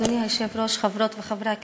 אדוני היושב-ראש, תודה רבה, חברות וחברי הכנסת,